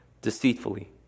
deceitfully